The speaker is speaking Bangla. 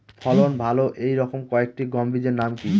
ফলন ভালো এই রকম কয়েকটি গম বীজের নাম কি?